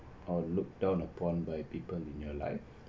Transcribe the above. or looked down upon by people in your life